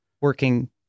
working